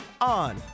on